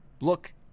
look